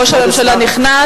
ראש הממשלה נכנס,